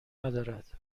ندارد